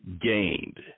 gained